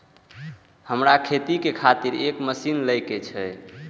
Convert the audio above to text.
हमरा खेती के खातिर एक मशीन ले के छे?